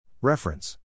Reference